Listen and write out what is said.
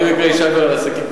היא במקרה אשה גדולה לעסקים קטנים.